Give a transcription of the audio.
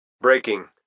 Breaking